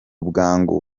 bwangu